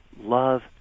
love